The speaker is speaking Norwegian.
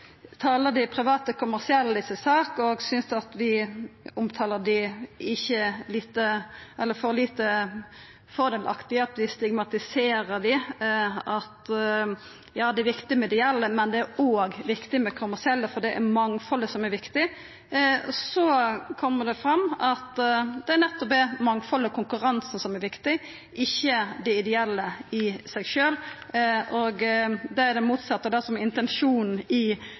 dei private kommersielle si sak og synest at vi omtaler dei for lite fordelaktig, at vi stigmatiserer dei, at – ja, det er viktig med ideelle, men det er òg viktig med kommersielle, for det er mangfaldet som er viktig, så kjem det fram at det nettopp er mangfald og konkurranse som er viktig for dei, ikkje dei ideelle i seg sjølve. Det er det motsette av det som er intensjonen i